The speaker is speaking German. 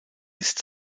ist